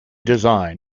design